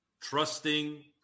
Trusting